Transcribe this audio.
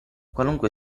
qualunque